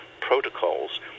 protocols